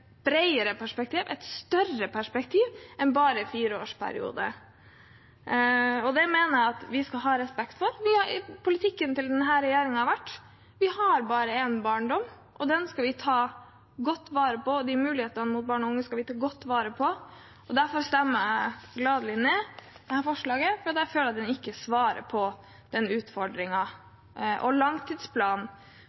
et bredere og større perspektiv enn bare for en fireårsperiode. Det mener jeg vi skal ha respekt for. Politikken til denne regjeringen har vært: Vi har bare én barndom – og mulighetene barn og unge har, skal vi ta godt vare på. Derfor stemmer jeg gladelig ned dette forslaget, for jeg føler at det ikke svarer på den